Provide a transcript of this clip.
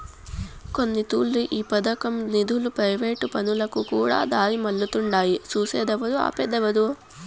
కొన్నితూర్లు ఈ పదకం నిదులు ప్రైవేటు పనులకుకూడా దారిమల్లతుండాయి సూసేదేవరు, ఆపేదేవరు